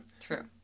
True